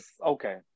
okay